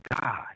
God